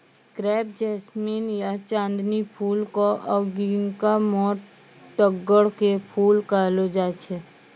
crepe jasmine या चांदनी फूल कॅ अंगिका मॅ तग्गड़ के फूल कहलो जाय छै